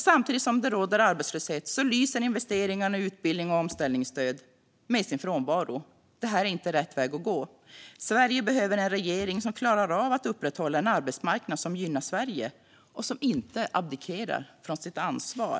Samtidigt som det råder arbetslöshet lyser investeringarna i utbildning och omställningsstöd med sin frånvaro. Det är inte rätt väg att gå. Sverige behöver en regering som klarar av att upprätthålla en arbetsmarknad som gynnar Sverige och som inte abdikerar från sitt ansvar.